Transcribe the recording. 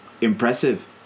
impressive